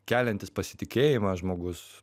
keliantis pasitikėjimą žmogus